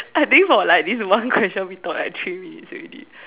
I think for like this one question we talk like three minutes already